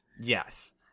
Yes